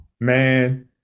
man